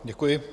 Děkuji.